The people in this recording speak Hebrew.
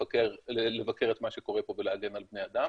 לבקר את מה שקורה פה ולהגן על בני אדם,